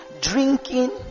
drinking